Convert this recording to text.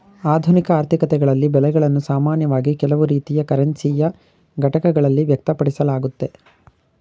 ಆಧುನಿಕ ಆರ್ಥಿಕತೆಗಳಲ್ಲಿ ಬೆಲೆಗಳನ್ನು ಸಾಮಾನ್ಯವಾಗಿ ಕೆಲವು ರೀತಿಯ ಕರೆನ್ಸಿಯ ಘಟಕಗಳಲ್ಲಿ ವ್ಯಕ್ತಪಡಿಸಲಾಗುತ್ತೆ